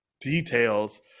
details